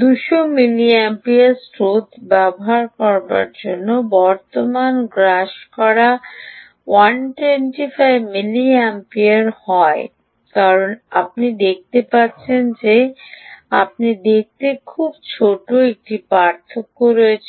200 milliampere স্রোত সরবরাহ করার জন্য বর্তমান গ্রাস করা 125 মিলিঅ্যাম্পিয়ার হয় কারণ আপনি দেখতে পাচ্ছেন যে আপনি দেখতে খুব ছোট একটি পার্থক্য রয়েছে